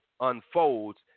unfolds